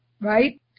Right